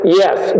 yes